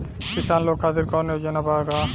किसान लोग खातिर कौनों योजना बा का?